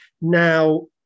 Now